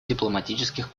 дипломатических